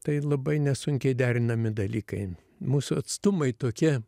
tai labai nesunkiai derinami dalykai mūsų atstumai tokie